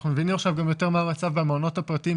אנחנו מבינים עכשיו יותר מה המצב במעונות הפרטיים,